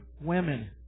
women